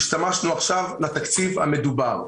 השתמשנו עכשיו לתקציב המדובר.